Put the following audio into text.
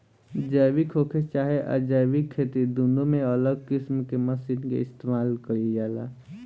जैविक होखे चाहे अजैविक खेती दुनो में अलग किस्म के मशीन के इस्तमाल कईल जाला